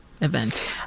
event